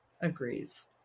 agrees